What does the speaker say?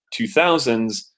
2000s